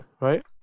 right